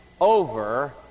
over